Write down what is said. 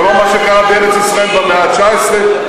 ולא מה שקרה בארץ-ישראל במאה ה-19,